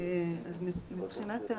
לענות.